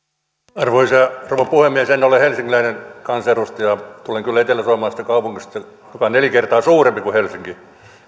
arvoisa rouva puhemies en ole helsinkiläinen kansanedustaja tulen kyllä eteläsuomalaisesta kaupungista joka on neljä kertaa suurempi kuin helsinki